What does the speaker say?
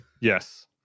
Yes